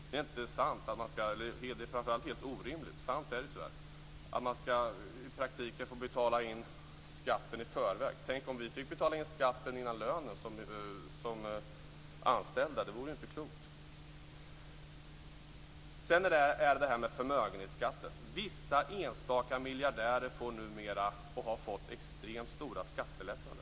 Det är tyvärr sant, och framför allt är det orimligt att man i praktiken får betala in skatten i förväg. Tänk om vi som anställda fick betala in skatt före lönen! Det vore inte klokt. Sedan gäller det förmögenhetsskatten. Vissa enstaka miljardärer får numera, och har fått, extremt stora skattelättnader.